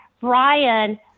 Brian